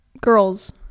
Girls